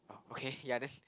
okay ya then